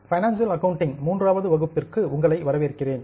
financial accounting மூன்றாவது வகுப்பிற்கு உங்களை வரவேற்கிறேன்